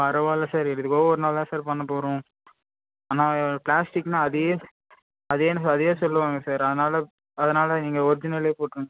பரவாயில்ல சார் என்றைக்கோ ஒரு நாள் தான் சார் பண்ண போகிறோம் ஆனால் பிளாஸ்ட்டிக்னால் அதே அதே அதே சொல்லுவாங்க சார் அதனால் அதனால் நீங்கள் ஒரிஜினலே போட்டிருங்க சார்